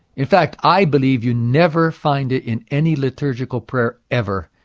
in fact, i believe you never find it in any liturgical prayer ever,